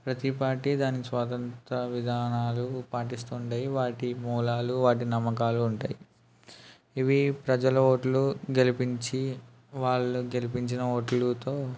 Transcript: ప్రతి పార్టీ దాని స్వాతంత్ర విధానాలు పాటిస్తుంటాయి వాటి మూలాలు వాటి నమ్మకాలు ఉంటాయి ఇవ్వి ప్రజలు ఓట్లు గెలిపించి వాళ్ళు గెలిపించిన ఓట్లుతో